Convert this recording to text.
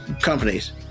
companies